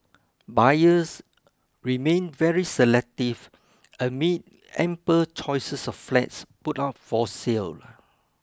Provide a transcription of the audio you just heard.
buyers remain very selective amid ample choices of flats put up for sale